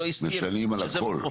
לא- -- משנים על הכול.